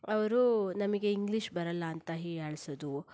ಅವರು ನಮಗೆ ಇಂಗ್ಲೀಷ್ ಬರೋಲ್ಲ ಅಂತ ಹೀಯಾಳ್ಸೋದು